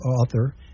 author